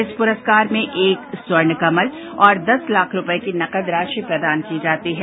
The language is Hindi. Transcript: इस पुरस्कार में एक स्वर्ण कमल और दस लाख रुपए की नकद राशि प्रदान की जाती है